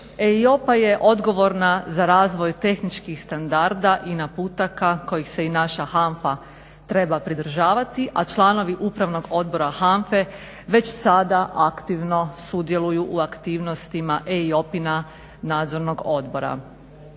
EIOPA je odgovorna za razvoj tehničkih standarda i naputaka kojih se i naša HANFA treba pridržavati, a članovi Upravnog odbora HANFA-e već sada aktivno sudjeluju u aktivnostima EIOPA-ina nadzornog odbora.